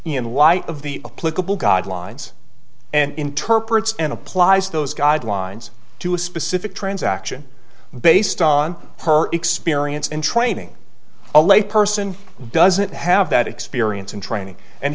in light of the political god lines and interprets and applies those guidelines to a specific transaction based on her experience and training a lay person who doesn't have that experience and training and